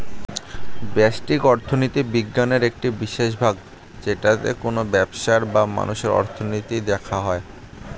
ব্যষ্টিক অর্থনীতি বিজ্ঞানের একটি বিশেষ ভাগ যেটাতে কোনো ব্যবসার বা মানুষের অর্থনীতি দেখা হয়